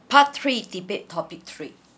part three debate topic three